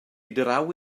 draw